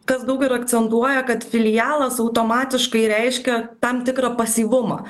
kas daug ir akcentuoja kad filialas automatiškai reiškia tam tikrą pasyvumą